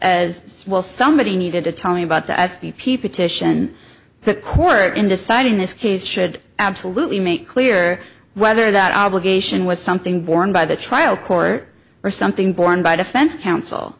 as well somebody needed to tell me about the s p p petition the court in deciding this case should absolutely make clear whether that obligation was something borne by the trial court or something borne by defense counsel